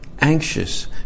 anxious